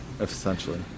Essentially